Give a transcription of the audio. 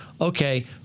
okay